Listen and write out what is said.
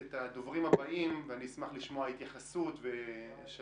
את הדוברים הבאים, ואני אשמח לשמוע התייחסות של